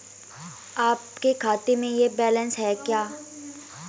आपके खाते में यह बैलेंस है क्या?